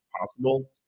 possible